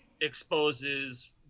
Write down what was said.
exposes